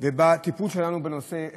ובטיפול שלנו בנושא ההימורים.